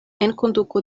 enkonduko